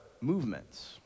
movements